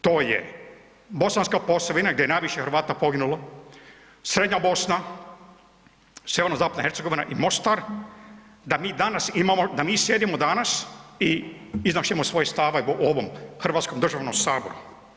To je Bosanska Posavina, gdje je najviše Hrvata poginulo, srednja Bosna, sjeverno zapadna Hercegovina i Mostar da mi danas imamo, da mi sjedimo danas i iznosimo svoje stavove o ovom u Hrvatskom državnom saboru.